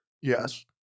Yes